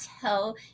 tell